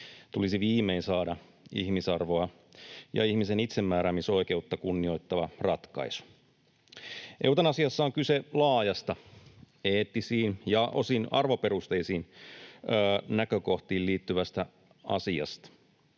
tulisi viimein saada ihmisarvoa ja ihmisen itsemääräämisoikeutta kunnioittava ratkaisu. Eutanasiassa on kyse laajasta eettisiin ja osin arvoperusteisiin näkökohtiin liittyvästä asiasta.